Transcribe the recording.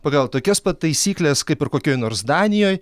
pagal tokias pat taisykles kaip ir kokioj nors danijoj